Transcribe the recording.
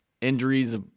injuries